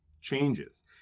changes